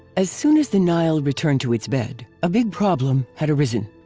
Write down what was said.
as soon as the nile returned to its bed, a big problem had arisen.